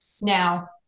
Now